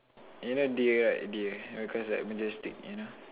you dear right dear because like majestic you know